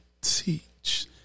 teach